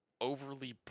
overly